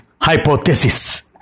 hypothesis